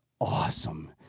awesome